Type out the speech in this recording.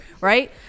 Right